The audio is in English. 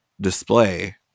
display